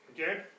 Okay